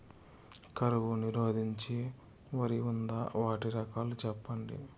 కరువు నిరోధించే వరి ఉందా? వాటి రకాలు చెప్పండి?